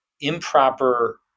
improper